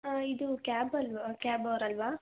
ಹಾಂ ಇದು ಕ್ಯಾಬ್ ಅಲ್ವಾ ಕ್ಯಾಬ್ ಅವರಲ್ಲವಾ